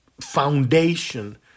foundation